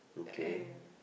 and